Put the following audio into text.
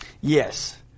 yes